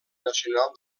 nacional